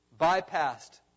Bypassed